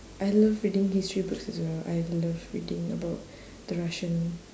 I love reading history books as well I love reading about the russian